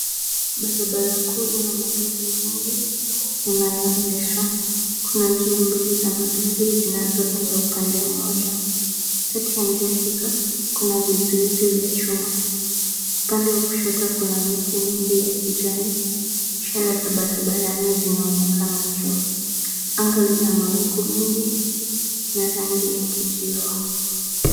Barabara kuu ina magari mengi yanayoendeshwa. Kuna njia mbili za magari zinazoenda upande mmoja. Kati ya njia hizo kuna vizuizi vya chuma. Upande wa kushoto, kuna miti mingi ya kijani. Ishara za barabarani zinaonekana juu. Anga lina mawingu mengi na rangi ya kijivu.